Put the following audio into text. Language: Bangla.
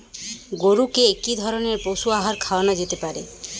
গরু কে কি ধরনের পশু আহার খাওয়ানো যেতে পারে?